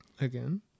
Again